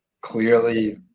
clearly